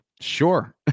sure